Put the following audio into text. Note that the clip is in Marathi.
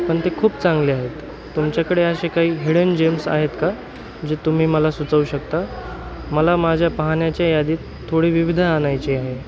पण ते खूप चांगले आहेत तुमच्याकडे असे काही हिडन जेम्स आहेत का जे तुम्ही मला सुचवू शकता मला माझ्या पाहण्याच्या यादीत थोडी विविधा आणायची आहे